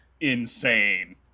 insane